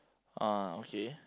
oh okay